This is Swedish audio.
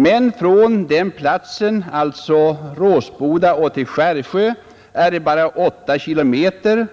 Men från denna plats till Skärsjö är det bara 8 kilometer,